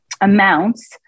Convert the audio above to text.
amounts